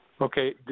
Okay